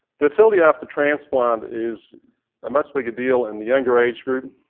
fertility after transplant is a much bigger deal in the younger age group.